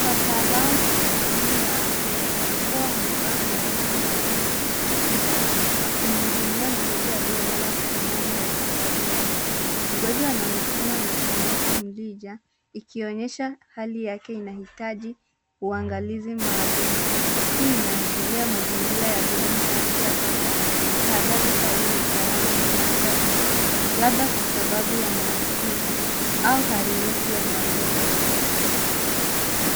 wataalam wawili wa afya wakiwa wamevaa mavazi maalum ya kujikinga wakimhudumia mgonjwa aliye lala kitandani hospitalini. mgonjwa anaonekana amechomekwa mrija ikionyesha hali yake inahitaji uangalizi maalum hii inahashiria mazingira ya huduma ya afya ambapo thahatali kali za usalama zinafuatwa labda kwa sababu ya mahampukizi au hali nyeti ya magonjwa